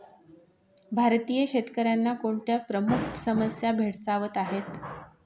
भारतीय शेतकऱ्यांना कोणत्या प्रमुख समस्या भेडसावत आहेत?